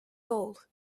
gold